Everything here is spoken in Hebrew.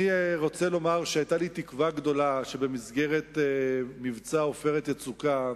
אני רוצה לומר שהיתה לי תקווה גדולה שבמסגרת מבצע "עופרת יצוקה"